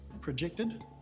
Projected